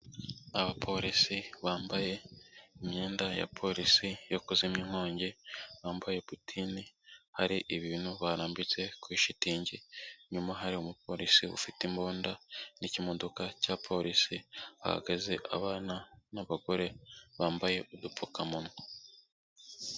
Abapolisi bambaye imyenda ya polisi yo kuzimya inkongi bambaye putini, hari ibintu barambitse kuri shitingi, inyuma hari umupolisi ufite imbunda n'ikimodoka cya polisi, hahagaze abana n'abagore bambaye udupfukamunwa.